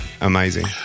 amazing